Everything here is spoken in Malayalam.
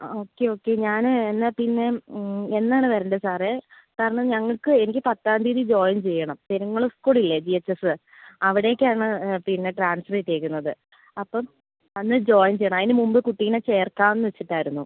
ഓക്കെ ഓക്കെ ഞാൻ എന്നാൽ പിന്നെ എന്നാണ് വരേണ്ടത് സാറേ കാരണം ഞങ്ങൾക്ക് എനിക്ക് പത്താം തീയതി ജോയിൻ ചെയ്യണം പെരിങ്ങുളം സ്കൂൾ ഇല്ലേ ജി എച്ച് എസ് അവിടേക്കാണ് പിന്നെ ട്രാൻസ്ഫർ കിട്ടിയിരിക്കുന്നത് അപ്പം അന്ന് ജോയിൻ ചെയ്യണം അതിന് മുമ്പ് കുട്ടീനെ ചേർക്കാം എന്ന് വെച്ചിട്ടായിരുന്നു